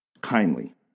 kindly